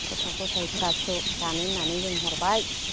गथ' गथाइ फिसा फिसौ जानो होननानै होनहरबाय